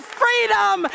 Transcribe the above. freedom